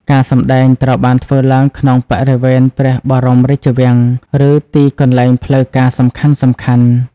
ការសម្តែងត្រូវបានធ្វើឡើងក្នុងបរិវេណព្រះបរមរាជវាំង ឬទីកន្លែងផ្លូវការសំខាន់ៗ។